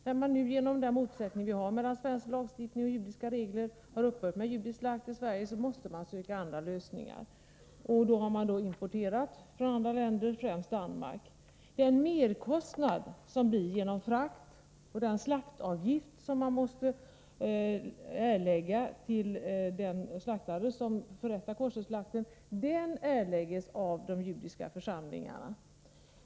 När man på grund av motsättningar mellan svensk lagstiftning och judlka regler har upphört med judisk slakt i Sverige måste man söka andra lösningar. Man har då importerat koscherkött från andra länder, främst Danmark. Den merkostnad som uppkommer genom frakt och slaktavgiften till den slaktare som förrättar koscherslakten erläggs av de judiska församlingarna.